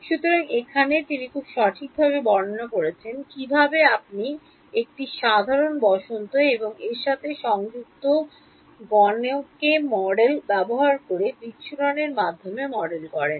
সুতরাং এখানে তিনি খুব সঠিকভাবে বর্ণনা করেছেন কীভাবে আপনি কীভাবে একটি সাধারণ বসন্ত এবং এর সাথে সংযুক্ত গণকে মডেল ব্যবহার করে বিচ্ছুর মাধ্যমকে মডেল করেন